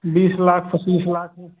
बीस लाख पच्चीस लाख में